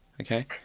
okay